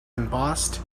embossed